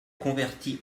convertis